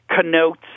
connotes